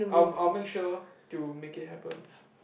um I'll make sure to make it happen